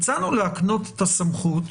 להקנות את הסמכות,